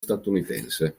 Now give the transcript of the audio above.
statunitense